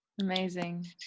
Amazing